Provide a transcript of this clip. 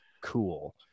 cool